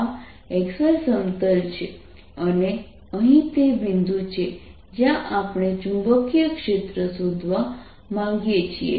આ x y સમતલ છે અને અહીં તે બિંદુ છે જ્યાં આપણે ચુંબકીય ક્ષેત્ર શોધવા માંગીએ છીએ